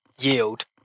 yield